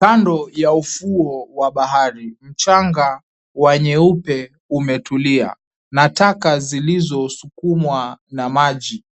Kando ya ufuo wa bahari. Mchanga wa nyeupe umetulia na taka zilizosukumwa na maji.